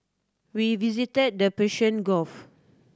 we visited the Persian Gulf